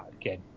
Again